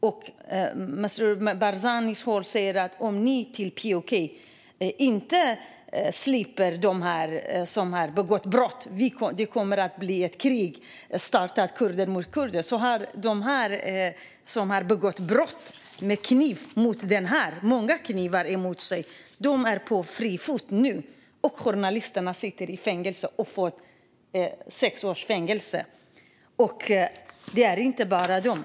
Det uppges att Masrour Barzanis klan har hotat PUK med våldsamheter om inte de tre män som misstänks för dådet släpps fria. De som begått brott med många knivar mot den ledamotskollega jag nämnde är på fri fot nu, medan journalisterna dömts till sex års fängelse och spärrats in. Och det gäller inte bara dem.